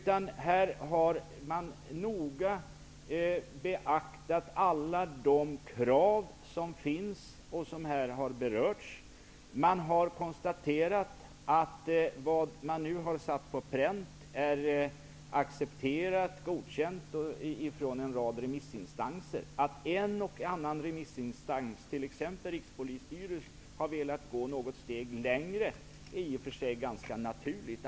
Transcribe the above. Man har noga beaktat alla de krav som finns och som här har berörts. Man har konstaterat att vad man nu har satt på pränt är accepterat och godkänt av en rad remissinstanser. Att en och annan remissinstans, t.ex. Rikspolisstyrelsen, har velat gå något steg längre är i och för sig ganska naturligt.